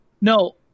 No